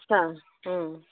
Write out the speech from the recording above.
आथसा ओं